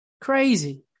crazy